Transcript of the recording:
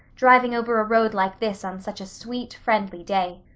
driving over a road like this on such a sweet, friendly day.